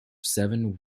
seven